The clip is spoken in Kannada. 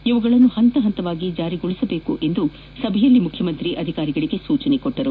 ಇವುಗಳನ್ನು ಹಂತ ಪಂತವಾಗಿ ಜಾರಿಗೊಳಿಸಬೇಕೆಂದು ಸಭೆಯಲ್ಲಿ ಮುಖ್ಯಮಂತ್ರಿ ಅಧಿಕಾರಿಗಳಿಗೆ ಸೂಚಿಸಿದರು